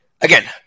again